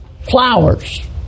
flowers